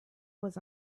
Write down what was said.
was